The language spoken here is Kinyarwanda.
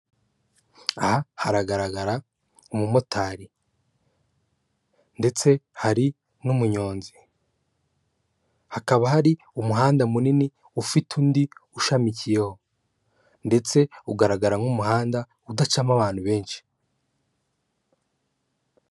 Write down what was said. Aha haragaragara umumotari, ndetse hari n'umunyonzi, hakaba hari umuhanda munini ufite undi ushamikiyeho, ndetse ugaragara nk'umuhanda udacamo abantu benshi.